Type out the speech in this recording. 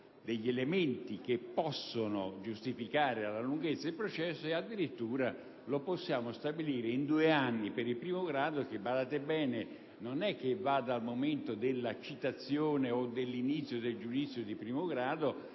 degli elementi che possono giustificare la lunghezza del processo - addirittura in due anni per il primo grado che - badate bene - non vanno contati dal momento della citazione o dall'inizio del giudizio di primo grado,